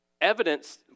evidence